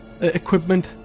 equipment